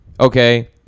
okay